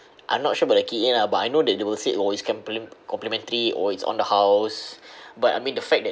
I'm not sure about the key in lah but I know that they will say oh it's compl~ complementary or it's on the house but I mean the fact that